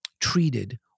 treated